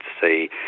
say